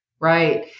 Right